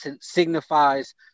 signifies